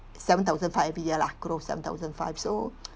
seven thousand five every year lah close seven thousand five so